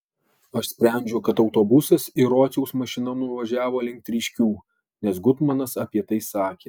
aš sprendžiu kad autobusas ir rociaus mašina nuvažiavo link tryškių nes gutmanas apie tai sakė